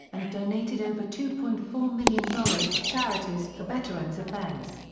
and donated over two point four million dollars to charities for veterans affairs.